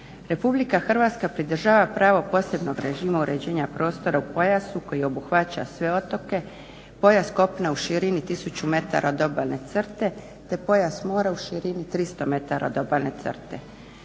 Republika Hrvatska pridržava pravo posebnog režima uređenja prostora u pojasu koji obuhvaća sve otoke, pojas kopna u širini tisuću metara od obalne crte te pojas mora u širini tristo metara od obalne crte.